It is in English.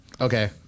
Okay